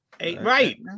Right